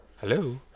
Hello